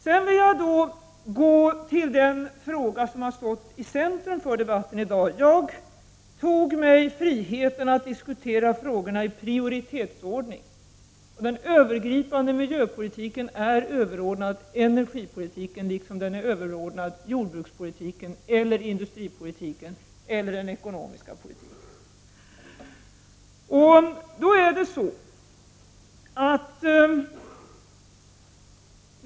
Sedan vill jag gå över till den fråga som har stått i centrum av debatten i dag. Jag tog mig friheten att diskutera frågorna i prioritetsordning. Den övergripande miljöpolitiken är överordnad energipolitiken liksom den är överordnad jordbrukspolitiken, industripolitiken eller den ekonomiska politiken.